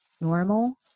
normal